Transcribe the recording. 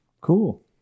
Cool